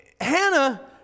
Hannah